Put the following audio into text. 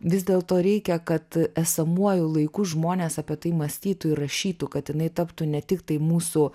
vis dėlto reikia kad esamuoju laiku žmonės apie tai mąstytų ir rašytų kad jinai taptų ne tiktai mūsų